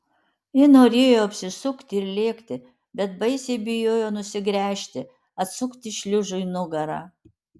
ji norėjo apsisukti ir lėkti bet baisiai bijojo nusigręžti atsukti šliužui nugarą